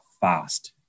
fast